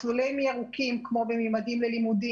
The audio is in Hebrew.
מסלולים ירוקים כמו ב"ממדים ללימודים",